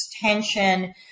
tension